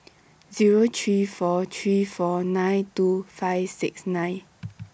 Zero three four three four nine two five six nine